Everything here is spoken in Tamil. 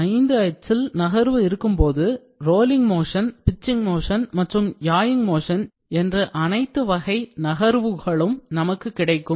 5 அச்சில் நகர்வு இருக்கும்போது rolling motion pitching motion மற்றும் yawing motion என்று அனைத்து வகை நகர்வுகளும் நமக்கு கிடைக்கும்